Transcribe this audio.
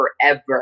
forever